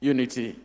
Unity